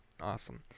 awesome